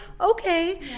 okay